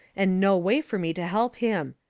and no way fur me to help him.